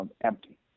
empty